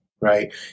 right